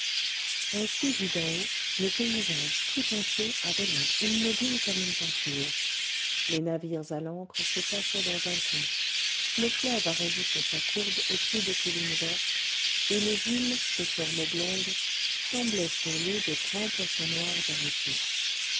ainsi vu d'en haut le paysage tout entier avait l'air immobile comme une peinture les navires à l'ancre se tassaient dans un coin le fleuve arrondissait sa courbe au pied des collines vertes et les îles de forme oblongue semblaient sur l'eau de grands poissons noirs arrêtés